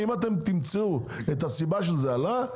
אם אתם תמצאו את הסיבה שבגללה המחירים עלו,